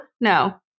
No